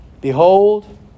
Behold